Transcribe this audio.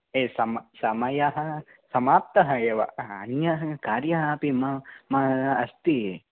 ए सम समयः समाप्तः एव अन्यः कार्यः अपि म म अस्ति